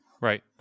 Right